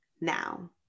now